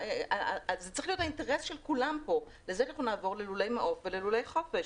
זה צריך להיות האינטרס של כולם לעבור ללולי מעוף וללולי חופש.